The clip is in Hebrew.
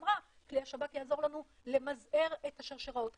סדצקי אמרה: כלי השב"כ יעזור לנו למזער את שרשראות ההדבקה.